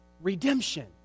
Redemption